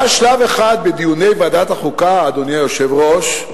היה שלב אחד בדיוני ועדת החוקה, אדוני היושב-ראש,